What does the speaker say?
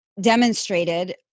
demonstrated